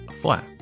flat